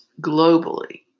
globally